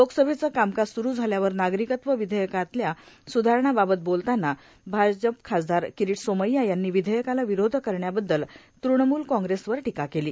लोकसभेचं कामकाज सुरू झाल्यावर नागरिकत्व विधेयकातल्या सुधारणांबाबत बोलताना भाजप खासदार किरिट सोमैय्या यांनी या विधेयकाला विरोध करण्याबद्दल तुणमूल काँग्रेसवर टीका केली